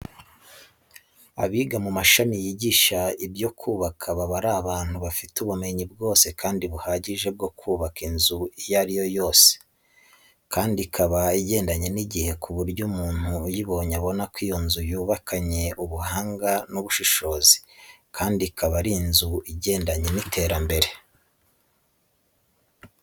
Abiga mu mashami yigisha ibyo kubaka baba ari abantu bafite ubumenyi bwose kandi buhagije bwo kubaka inzu iyo ari yo yose, kandi ikaba igendanye n'igihe ku buryo umuntu uyibonye abona ko iyo nzu yubakanye ubuhanga n'ubushishozi kandi ikaba ari inzu igendanye n'iterambere.